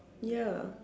ya